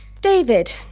David